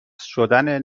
شدن